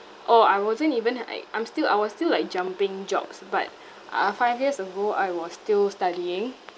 orh I wasn't even like I'm still I was still like jumping jobs but uh five years ago I was still studying